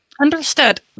Understood